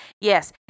Yes